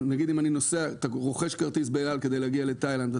נגיד אם אדם רוכש כרטיס באל על כדי להגיע לתאילנד,